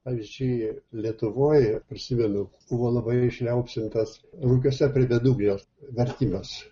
pavyzdžiui lietuvoj prisimenu buvo labai išliaupsintas rugiuose prie bedugnės vertimas